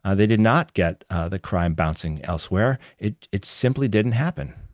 ah they did not get the crime bouncing elsewhere, it it simply didn't happen